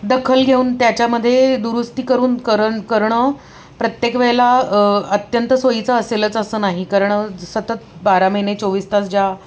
दखल घेऊन त्याच्यामध्ये दुरुस्ती करून करणं करणं प्रत्येक वेळेला अत्यंत सोयीचं असेलच असं नाही कारण सतत बारा महिने चोवीस तास ज्या